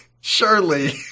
Surely